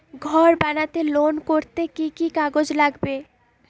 ঘর বানাতে লোন করতে কি কি কাগজ লাগবে?